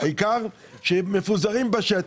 העיקר הוא שמפוזרים בשטח,